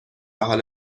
حال